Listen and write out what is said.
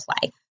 play